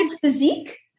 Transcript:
physique